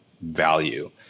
value